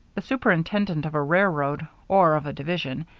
the superintendent of a railroad, or of a division,